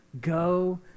Go